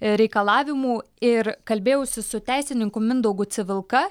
reikalavimų ir kalbėjausi su teisininku mindaugu civilka